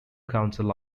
council